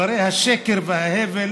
דברי השקר וההבל